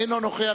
אינו נוכח,